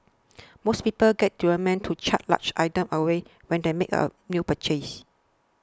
most people get deliverymen to cart large items away when they make a new purchase